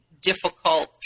difficult